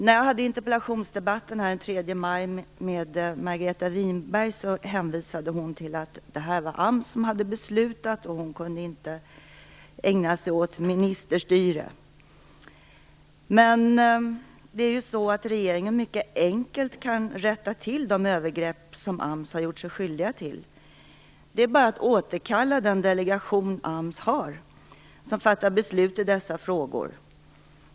När jag hade en interpellationsdebatt den 3 maj med Margareta Winberg hänvisade hon till att det var AMS som hade fattat beslut om detta och att hon inte kunde ägna sig åt ministerstyre. Men regeringen kan mycket enkelt rätta till de övergrepp som AMS har gjort sig skyldig till. Det är bara att återkalla den delegation som AMS har och som fattar beslut i dessa frågor.